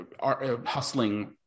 hustling